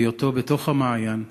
בהיותו בתוך המעיין,